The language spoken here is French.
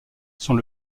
sont